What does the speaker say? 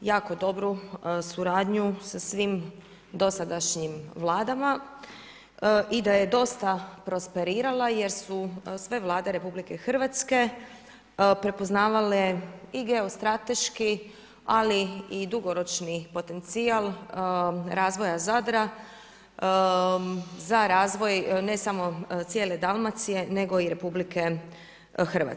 jako dobru suradnju sa svim dosadašnjim Vladama i da je dosta prosperirala jer su sve Vlade Republike Hrvatske prepoznavale i geostrateški ali i dugoročni potencijal razvoja Zadra za razvoj ne samo cijele Dalmacije nego i Republike Hrvatske.